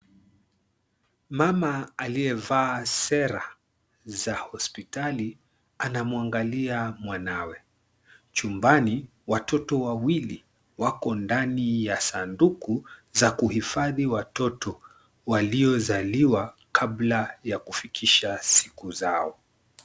Mama aliyevaa sera za hospitali anamwangalia mwanawe. Chumbani watoto wawili wako ndani ya sanduku za kuhifadhi watoto waliozaliwa kabla ya kufikisha siku zao.